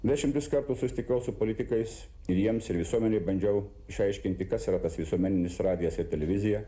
dešimtis kartų susitikau su politikais ir jiems ir visuomenei bandžiau išaiškinti kas yra tas visuomeninis radijas ir televizija